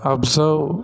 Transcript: Observe